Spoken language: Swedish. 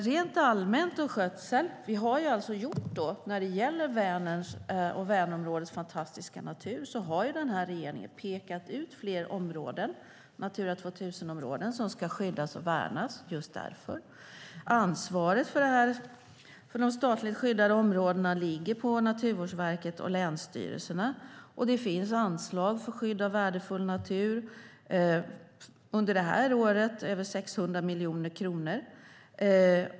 Rent allmänt när det gäller skötsel av Vänerns fantastiska natur har den här regeringen pekat ut fler Natura 2000-områden som ska värnas och skyddas. Ansvaret för de statligt skyddade områdena ligger på Naturvårdsverket och länsstyrelserna, och det finns anslag för skydd av värdefull natur. Under det här året är det över 600 miljoner kronor.